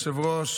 אדוני היושב-ראש,